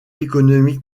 économique